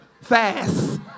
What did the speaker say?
Fast